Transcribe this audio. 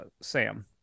Sam